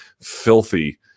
filthy